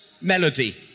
melody